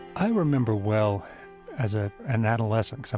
i remember well as ah an adolescent,